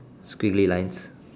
squiggly lines